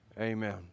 Amen